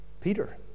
Peter